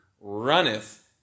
runneth